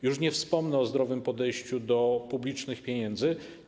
Już nie wspomnę o zdrowym podejściu do publicznych pieniędzy.